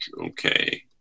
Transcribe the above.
Okay